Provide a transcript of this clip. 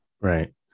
Right